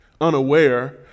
unaware